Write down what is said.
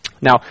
Now